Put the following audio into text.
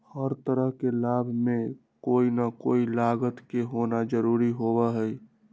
हर तरह के लाभ में कोई ना कोई लागत के होना जरूरी होबा हई